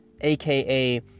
aka